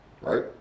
Right